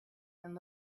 and